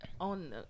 on